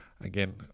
again